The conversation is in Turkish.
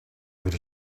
bir